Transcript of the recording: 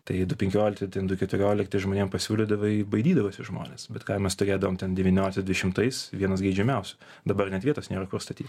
tai du penkiolikti ten du keturiolikti žmonėm pasiūlydavai baidydavosi žmonės bet ką mes turėdavom ten devynioliktai dvidešimtais vienas geidžiamiausių dabar net vietos nėra kur statyt